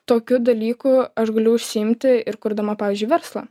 tokiu dalyku aš galiu užsiimti ir kurdama pavyzdžiui verslą